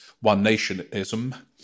one-nationism